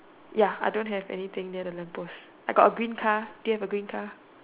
ya I don't have any thing near the lamp post I got a green car do you have a green car